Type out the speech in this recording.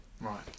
Right